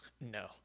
no